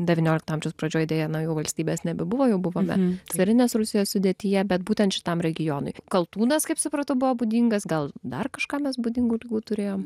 devyniolikto amžiaus pradžioj deja na jau valstybės nebebuvo jau buvome carinės rusijos sudėtyje bet būtent šitam regionui kaltūnas kaip supratau buvo būdingas gal dar kažką mes būdingų ligų turėjom